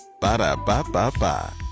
Ba-da-ba-ba-ba